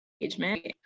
engagement